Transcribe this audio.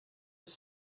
was